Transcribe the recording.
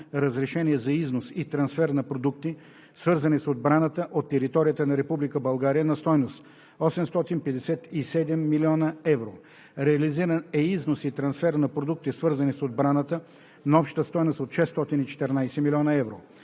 разрешения за износ и трансфер на продукти, свързани с отбраната от територията на Република България, на стойност 857 млн. евро. Реализиран е износ и трансфер на продукти, свързани с отбраната, на обща стойност 614 млн. евро.